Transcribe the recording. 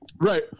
right